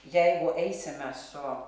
jeigu eisime su